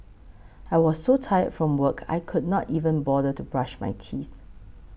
I was so tired from work I could not even bother to brush my teeth